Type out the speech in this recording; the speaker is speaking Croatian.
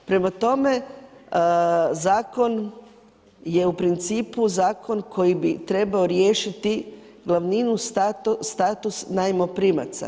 Prema tome, zakon je u principu zakon koji bi trebao riješiti glavninu status najmoprimaca.